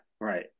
Right